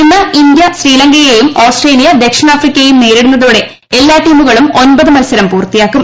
ഇന്ന് ഇന്ത്യ ശ്രീലങ്കയെയും ഓസ്ട്രേലിയ ദക്ഷിണാഫ്രിക്കയേയും നേരിടുന്നതോടെ എല്ലാ ടീമുകളും ഒൻപത് മത്സരം പൂർത്തിയാക്കും